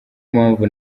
mpamvu